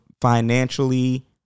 financially